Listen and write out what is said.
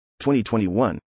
2021